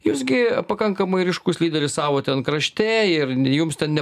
jūs gi pakankamai ryškus lyderis savo ten krašte ir jums ten